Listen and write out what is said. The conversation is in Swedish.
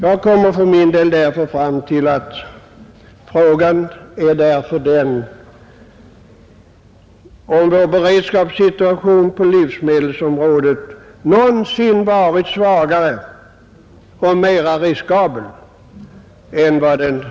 Jag kommer för min del fram till att frågan är om vår beredskapssituation på livsmedelsområdet någonsin varit svagare och mer riskabel än vad den är i dag.